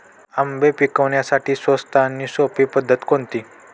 आंबे पिकवण्यासाठी स्वस्त आणि सोपी पद्धत कोणती?